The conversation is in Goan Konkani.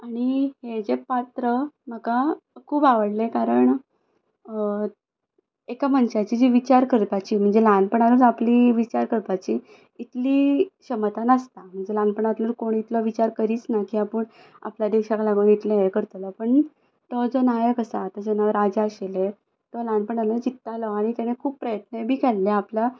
आनी हें जें पात्र म्हाका खूब आवडलें कारण एका मनशाची जी विचार करपाची म्हणजे ल्हानपणांत आपली विचार करपाची इतली क्षमता नासता ल्हानपणांत कोण इतलो विचार करीच ना की आपूण आपल्या देशाक लागून इतलें हें करतलो पण तो जे नायक आसा तेजें नांव राजा आशिल्लें तो ल्हानपणानूच चिंततालो आनी तेजे खूब प्रयत्न